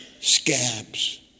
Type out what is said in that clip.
scabs